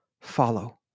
follow